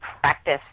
practice